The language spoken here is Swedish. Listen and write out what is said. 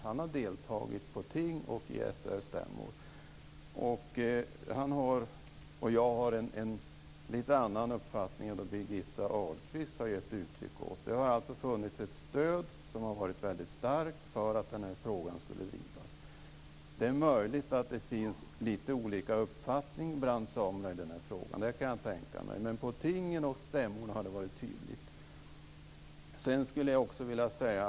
Han har deltagit vid ting och SSR-stämmor. Han och jag har en lite annan uppfattning än Birgitta Ahlqvist har gett uttryck för. Det har funnits ett stöd som har varit väldigt starkt för att den här frågan skulle drivas. Det är möjligt att det finns lite olika uppfattning bland samerna i den här frågan. Det kan jag tänka mig. Men på tingen och stämmorna har det varit tydligt.